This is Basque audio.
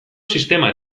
sistema